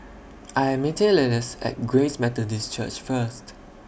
I Am meeting Lillis At Grace Methodist Church First